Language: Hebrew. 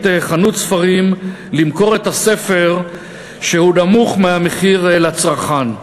חנות ספרים למכור את הספר במחיר נמוך מהמחיר לצרכן.